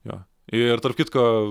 jo ir tarp kitko